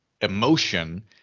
emotion